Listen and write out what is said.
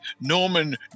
Norman